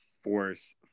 force